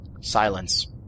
Silence